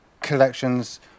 collections